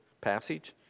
passage